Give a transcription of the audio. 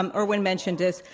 um erwin mentioned this.